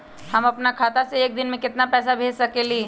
हम अपना खाता से एक दिन में केतना पैसा भेज सकेली?